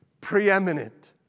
preeminent